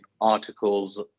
articles